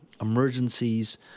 emergencies